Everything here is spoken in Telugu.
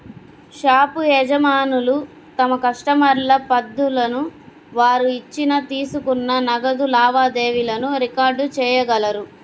షాపు యజమానులు తమ కస్టమర్ల పద్దులను, వారు ఇచ్చిన, తీసుకున్న నగదు లావాదేవీలను రికార్డ్ చేయగలరు